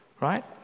right